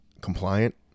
compliant